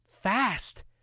fast